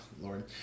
lord